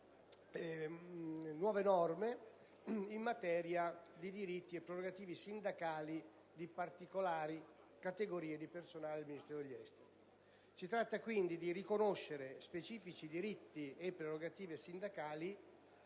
nuove norme in materia di diritti e prerogative sindacali di particolari categorie di personale del Ministero degli affari esteri. Si tratta, quindi, di riconoscere specifici diritti e prerogative sindacali